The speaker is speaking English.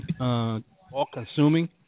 all-consuming